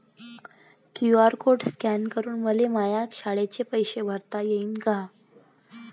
QR code scan करून मले माया शाळेचे पैसे भरता येईन का?